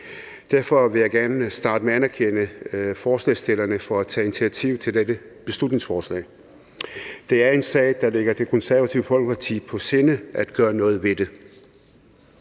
Derfor vil jeg gerne starte med at anerkende forslagsstillerne for at tage initiativ til dette beslutningsforslag. Det er en sag, der ligger Det Konservative Folkeparti på sinde at gøre noget ved.